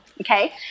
Okay